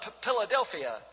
Philadelphia